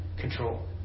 control